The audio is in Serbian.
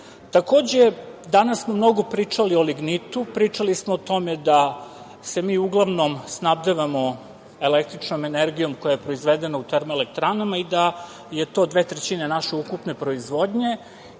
EU.Takođe, danas smo mnogo pričali o lignitu, pričali smo o tome da se mi uglavnom snabdevamo električnom energijom koja je proizvedena u termoelektranama i da je to 2/3 naše ukupne proizvodnje